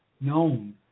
known